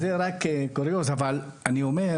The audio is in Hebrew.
זה רק קוריוז, אבל אני אומר